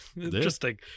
Interesting